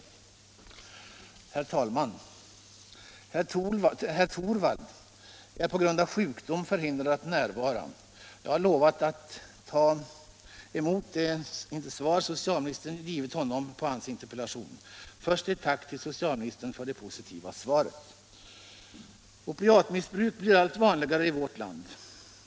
Herr talman! Herr Torwald är på grund av sjukdom förhindrad att närvara här, och jag har lovat att ta emot det svar som socialministern nu har givit på hans interpellation. Först tackar jag då socialministern för det positiva svaret. Opiatmissbruk blir allt vanligare även i vårt land.